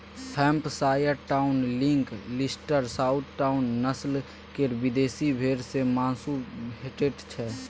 Hampshire down, Lincoln, Leicester, south down, नस्ल केर विदेशी भेंड़ सँ माँसु भेटैत छै